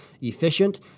efficient